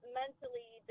mentally